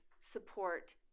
support